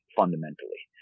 fundamentally